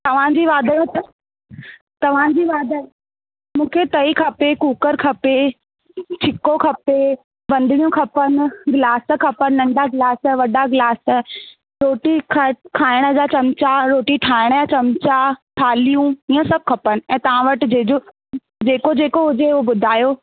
तव्हांजी वाधायूं तव्हांजी वाधायूं मूंखे तई खपे कूकर खपे छिको खपे वधणियूं खपनि गिलास खपनि नंढा गिलास वॾा गिलास रोटी खा खाइण जा चमिचा रोटी ठाहिण जा चमिचा थाल्हियूं इहा सभु खपनि ऐं तव्हां वटि जंहिंजो जेको जेको हुजेव ॿुधायो